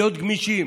להיות גמישים,